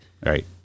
Right